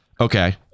Okay